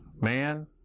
man